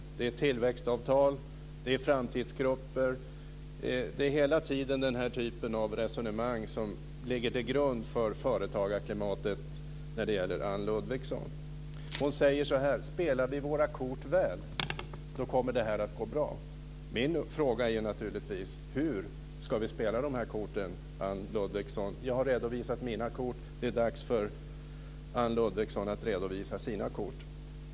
Det är hela tiden tillväxtavtal, framtidsgrupper och liknande som ligger till grund för företagarklimatet, enligt Anne Ludvigsson. Hon säger så här: Spelar vi våra kort väl, kommer det här att gå bra. Min fråga är naturligtvis: Hur ska vi spela de här korten, Anne Ludvigsson? Jag har redovisat mina kort. Det är dags för Anne Ludvigsson att redovisa sina kort.